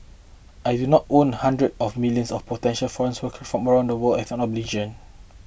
I do not owe hundreds of millions of potential foreign workers from around the world an obligation